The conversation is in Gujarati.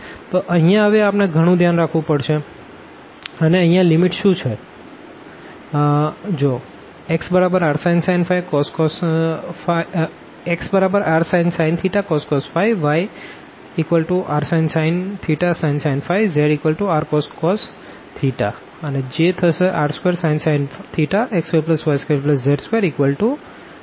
તો અહિયાં હવે આપણે ગણું ધ્યાન રાખવું પડશે અને અહિયાં લીમીટ શુ છે